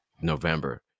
November